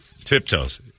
Tiptoes